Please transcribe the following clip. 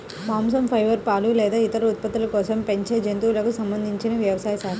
మాంసం, ఫైబర్, పాలు లేదా ఇతర ఉత్పత్తుల కోసం పెంచే జంతువులకు సంబంధించిన వ్యవసాయ శాఖ